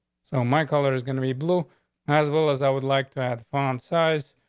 so my color is going to be blue as well as i would like to add farm size.